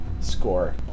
score